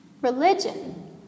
Religion